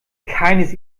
keines